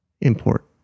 import